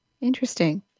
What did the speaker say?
Interesting